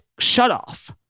shutoff